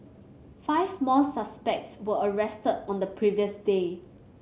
five more suspects were arrested on the previous day